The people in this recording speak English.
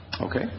Okay